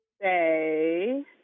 say